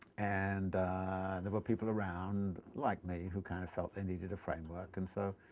and there were people around, like me, who kind of felt they needed a framework and so,